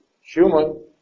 human